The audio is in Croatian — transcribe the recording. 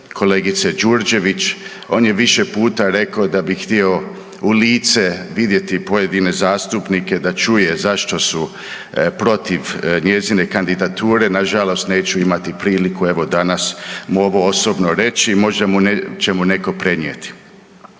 kolegice Đurđević. On je više puta rekao da bi htio u lice vidjeti pojedine zastupnike, da čuje zašto su protiv njezine kandidature, nažalost neću imati priliku evo danas mu ovo osobno reći. Možda će mu netko prenijeti.